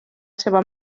seva